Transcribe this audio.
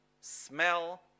smell